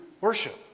worship